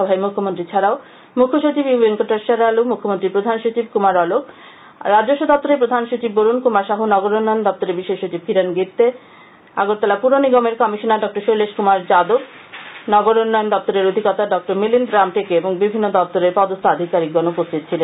সভায় মুখ্যমন্ত্রী ছাডাও মুখ্যসচিব ইউ ভেঙ্কটেশ্বরলু মুখ্যমন্ত্রীর প্রধান সচিব কুমার অলক রাজস্ব দপ্তরের প্রধান সচিব বরুন কুমা সাহু নগরন্ন্য্ন দপ্তরের বিশেষ সচিব কিরণ গিত্যে আগরতলা পূর নিগমের কমিশনার ড শৈলেশ কুমার যাদব নগরোন্নয়ন দপ্তরের অধিকর্তা ড মিলিন্দ রামটেকে এবং বিভিন্ন দপ্তরের পদস্থ আধিকারিকগণ উপস্হিত ছিলেন